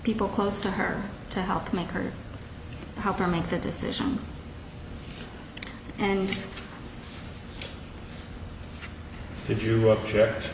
people close to her to help make her how to make the decision and if you object